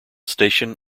station